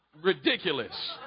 ridiculous